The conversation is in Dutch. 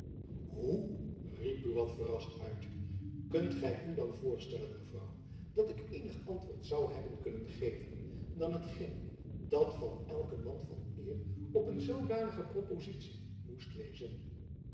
hoe riep buat verrast uit kunt gy u dan voorstellen mevrouw dat ik eenig antwoord zoû hebben kunnen geven dan hetgeen dat van elk man van eer op een zoodanige propozitie moest wezen